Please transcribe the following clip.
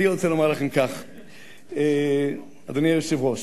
אדוני היושב-ראש,